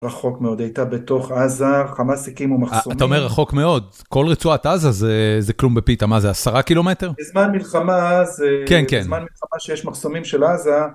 רחוק מאוד, הייתה בתוך עזה, חמאסיקים ומחסומים. אתה אומר רחוק מאוד, כל רצועת עזה זה כלום בפיתה, מה זה עשרה קילומטר? בזמן מלחמה, זה... כן, כן. בזמן מלחמה, שיש מחסומים של עזה...